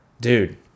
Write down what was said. dude